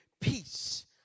Peace